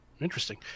interesting